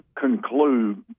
conclude